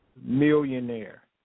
millionaire